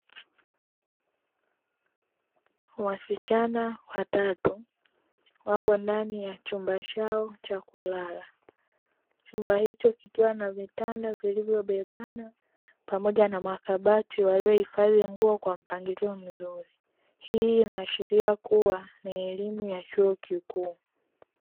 Wasichana watatu wapo ndani ya chumba chao cha kulala, chumba hicho kikiwa na vitanda vilivyo bebana pamoja na makabati waliyo hifadhi nguo kwa mpangilio mzuri. Hii inaashiria kuwa ni elimu ya chuo kikuu.